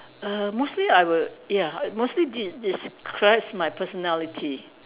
err mostly I would ya mostly de~ describes my personality